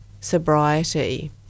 sobriety